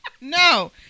No